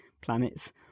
planets